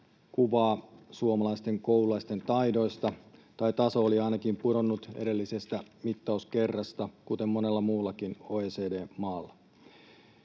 kuvaa suomalaisten koululaisten taidoista, tai taso oli ainakin pudonnut edellisestä mittauskerrasta, kuten monella muullakin OECD-maalla.